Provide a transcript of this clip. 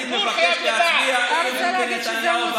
אני מבקש להצביע על אי-אמון בנתניהו,